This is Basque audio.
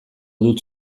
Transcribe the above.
dut